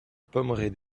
pommeraie